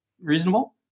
reasonable